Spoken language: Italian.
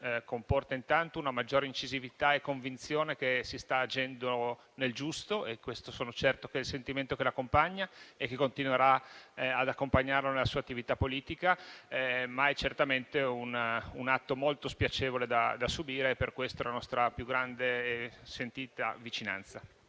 Comporta intanto una maggiore incisività e convinzione che si sta agendo nel giusto e sono certo che questo è il sentimento che la accompagna e che continuerà ad accompagnarla nella sua attività politica. Si tratta, però, certamente di un atto molto spiacevole da subire e per questo esprimo la nostra più grande e sentita vicinanza.